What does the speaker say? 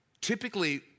typically